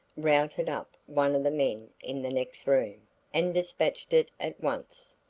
routed up one of the men in the next room and despatched it at once.